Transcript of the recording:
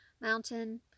mountain